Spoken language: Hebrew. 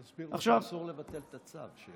תסביר שאסור לבטל את הצו.